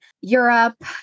Europe